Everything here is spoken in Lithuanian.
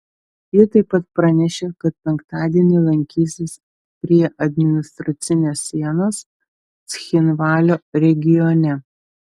ji taip pat pranešė kad penktadienį lankysis prie administracinės sienos cchinvalio regione